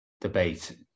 debate